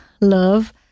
love